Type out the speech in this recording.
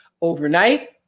overnight